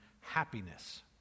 happiness